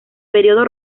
período